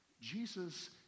Jesus